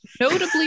notably